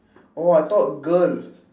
oh I thought girl